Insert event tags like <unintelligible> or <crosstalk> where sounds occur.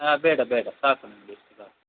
ಹಾಂ ಬೇಡ ಬೇಡ ಸಾಕು ಒಂದು <unintelligible>